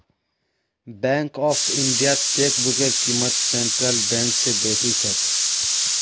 bank of इंडियात चेकबुकेर क़ीमत सेंट्रल बैंक स बेसी छेक